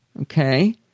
Okay